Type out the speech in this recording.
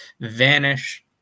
vanish